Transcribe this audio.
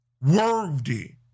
worthy